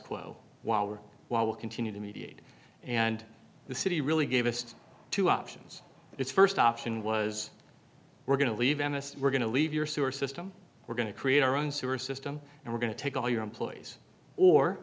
quo while while we continue to mediate and the city really gave us two options its st option was we're going to leave m s g we're going to leave your sewer system we're going to create our own sewer system and we're going to take all your employees or